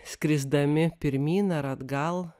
skrisdami pirmyn ir atgal